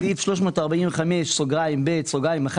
בסעיף 345(ב)(1),